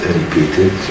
repeated